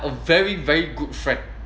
a very very good friend